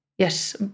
Yes